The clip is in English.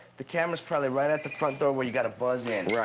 the camera is probably right at the front door where you got to buzz in. yeah